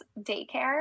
daycare